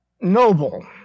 noble